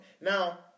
Now